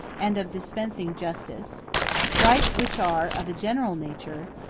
and of dispensing justice rights which are of a general nature,